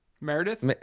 Meredith